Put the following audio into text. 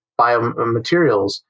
biomaterials